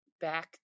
back